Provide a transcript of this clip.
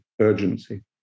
urgency